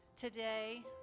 today